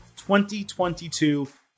2022